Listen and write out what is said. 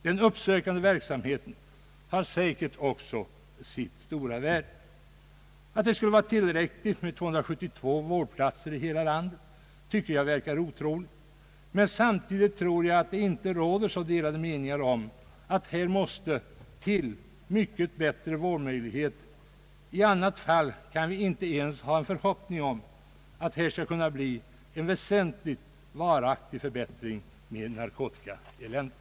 Den uppsökande verksamheten har säkert också sitt stora värde. Jag tycker att det verkar otroligt att det skulle vara tillräckligt med 272 vårdplatser i hela landet. Men samtidigt tror jag att det inte råder delade meningar om att mycket bättre vårdmöjligheter krävs. I annat fall kan vi inte ens ha en förhoppning om att det skulle kunna bli en väsentlig, varaktig förbättring när det gäller narkotikaeländet.